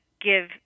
give